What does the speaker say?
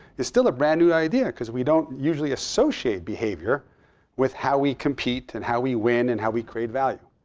is still a brand new idea, because we don't usually associate behavior with how we compete, and how we win, and how we create value.